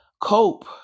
cope